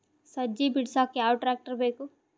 ಸಜ್ಜಿ ಬಿಡಸಕ ಯಾವ್ ಟ್ರ್ಯಾಕ್ಟರ್ ಬೇಕು?